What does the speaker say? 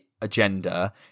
agenda